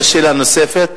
יש שאלה נוספת?